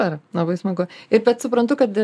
dar labai smagu ir bet suprantu kad